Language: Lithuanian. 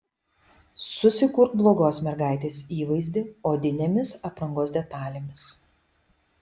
susikurk blogos mergaitės įvaizdį odinėmis aprangos detalėmis